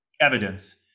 evidence